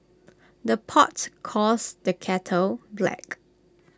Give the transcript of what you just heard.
the pot calls the kettle black